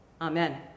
Amen